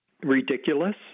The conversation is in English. Ridiculous